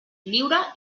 lliure